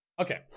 Okay